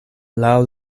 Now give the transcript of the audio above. laŭ